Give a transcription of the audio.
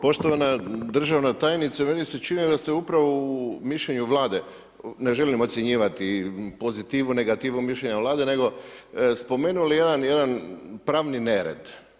Poštovana državna tajnice, meni se čini da ste upravu u mišljenju Vlade, ne želim ocjenjivati pozitivu, negativu mišljenja Vlade nego spomenuli jedan pravni nered.